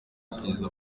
perezida